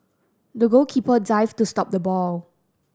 the goalkeeper dived to stop the ball